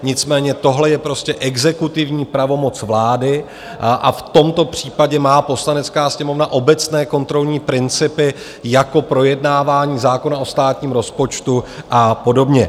Nicméně tohle je prostě exekutivní pravomoc vlády a v tomto případě má Poslanecká sněmovna obecné kontrolní principy, jako projednávání zákona o státním rozpočtu a podobně.